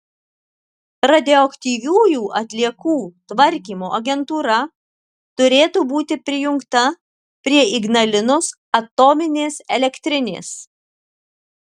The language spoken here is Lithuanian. radioaktyviųjų atliekų tvarkymo agentūra turėtų būti prijungta prie ignalinos atominės elektrinės